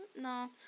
No